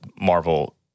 marvel